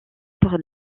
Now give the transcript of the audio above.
pour